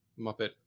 Muppet